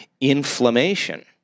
Inflammation